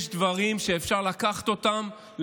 יש דברים שאפשר לקחת אותם,